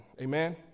Amen